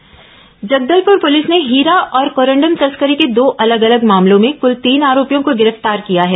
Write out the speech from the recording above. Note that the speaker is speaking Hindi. हीरा तस्कर गिरफ्तार जगदलपुर पुलिस ने हीरा और कोरंडम तस्करी के दो अलग अलग मामलों में कुल तीन आरोपियों को गिरफ्तार किया है